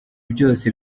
byose